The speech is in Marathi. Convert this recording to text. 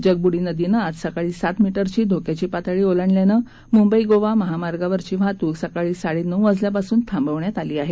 जगबुडी नदीनं आज सकाळी सात मीटरची धोक्याची पातळी ओलांडल्यानं मुंबई गोवा महामार्गावरची वाहतूक सकाळी साडेनऊ वाजल्यापासून थांबविण्यात आली आहे